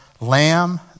lamb